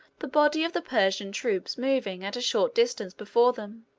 the body of the persian troops moving at a short distance before them,